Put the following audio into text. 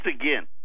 again